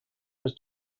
was